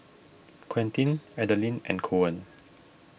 Quentin Adilene and Koen